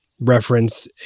reference